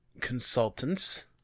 consultants